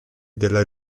della